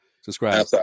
Subscribe